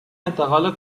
انتقال